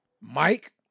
Mike